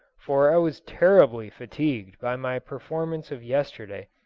for i was terribly fatigued by my performance of yesterday,